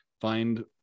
find